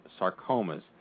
sarcomas